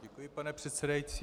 Děkuji, pane předsedající.